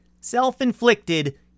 self-inflicted